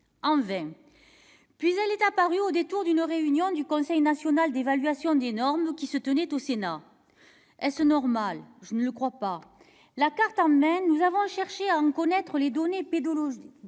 En vain ! Puis cette carte est apparue au détour d'une réunion du Conseil national d'évaluation des normes, qui se tenait au Sénat. Est-ce normal ? Non, je ne le crois pas ! La carte en main, nous avons cherché à en connaître les données pédologiques